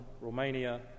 Romania